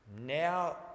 now